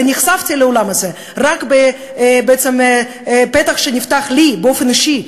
ונחשפתי לעולם הזה רק בפתח שנפתח לי באופן אישי,